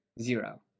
Zero